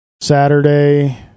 Saturday